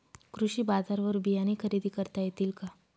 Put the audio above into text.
कृषी बाजारवर बियाणे खरेदी करता येतील का?